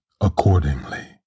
accordingly